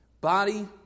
body